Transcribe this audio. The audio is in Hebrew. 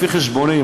לפי חשבוני,